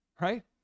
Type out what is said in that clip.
Right